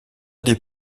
des